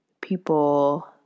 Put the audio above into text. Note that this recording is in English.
people